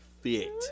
fit